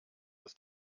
des